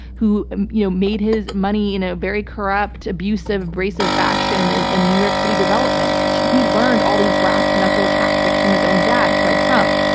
who you know made his money in a very corrupt, abusive, abrasive fashion and in new york city development. he learned all these brass knuckle tactics from his own dad, fred trump.